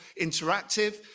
interactive